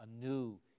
anew